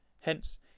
Hence